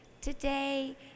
Today